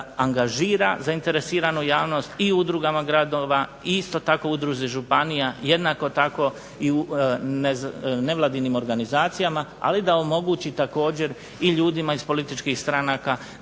angažira zainteresiranu javnost i udrugama gradova i isto tako udruzi županija. Jednako tako i nevladinim organizacijama, ali da omogući također i ljudima iz političkih stranaka